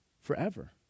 forever